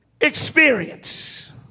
experience